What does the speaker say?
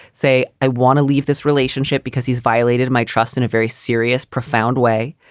say i want to leave this relationship because he's violated my trust in a very serious, profound way.